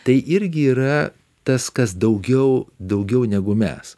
tai irgi yra tas kas daugiau daugiau negu mes